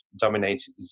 dominated